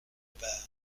part